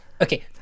okay